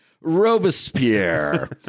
Robespierre